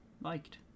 liked